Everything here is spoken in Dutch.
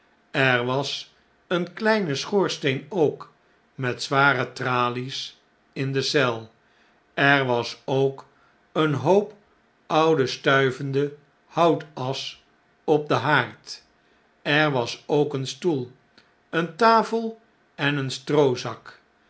er was een kleine schoorsteen ook met zware tralies in de eel er was ook een hoop oude stuivende houtasch op den haard er was ook een stoel een tafel en een stroozak